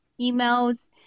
emails